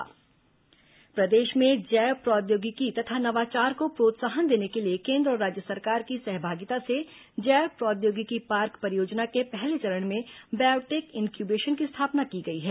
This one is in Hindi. बीआईसी सेंटर प्रदेश में जैव प्रौद्योगिकी तथा नवाचार को प्रोत्साहन देने के लिए केन्द्र और राज्य सरकार की सहभागिता से जैव प्रौद्योगिकी पार्क परियोजना के पहले चरण में बायोटेक इंक्यूबेशन की स्थापना की गई है